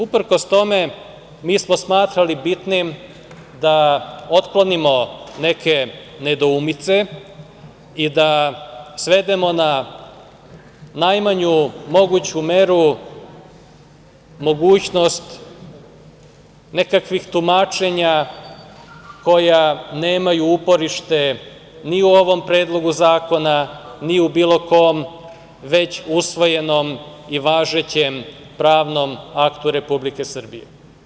Uprkos tome mi smo smatrali bitnim da otklonimo neke nedoumice i da svedemo na najmanju moguću meru mogućnost nekakvih tumačenja koja nemaju uporište ni u ovom Predlogu zakona ni u bilo kom već usvojenom i važećem pravnom aktu Republike Srbije.